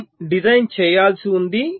మనము డిజైన్ చేయాల్సి ఉంది